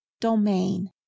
domain